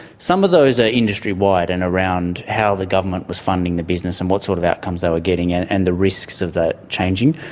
some of those are industry-wide and around how the government was funding the business and what sort of outcomes they were ah getting and and the risks of that changing.